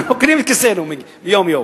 מרוקנים את כיסינו יום-יום.